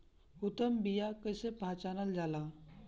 उत्तम बीया कईसे पहचानल जाला?